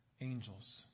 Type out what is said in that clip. angels